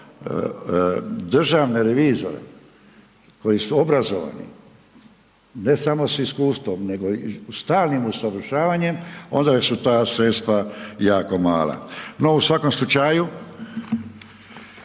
državne revizore koji su obrazovani, ne samo s iskustvom nego stalnim usavršavanjem onda su ta sredstva jako mala. No u svakom slučaju,